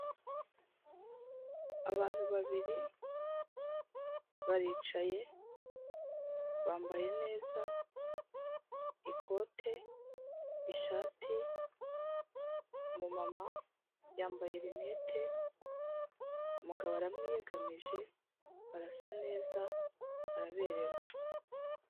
Abantu babiri baricaye, bambaye neza, ikote, ishati, umumama yambaye rinete, umugabo baramwiyegamije, barasa neza, baraberewe.